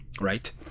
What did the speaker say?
right